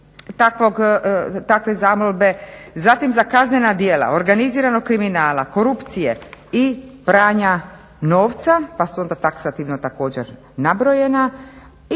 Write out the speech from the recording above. takve zamolbe. Zatim za kaznena djela organiziranog kriminala, korupcije i pranja novca pa su onda taksativno također nabrojena